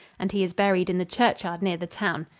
and he is buried in the churchyard near the town.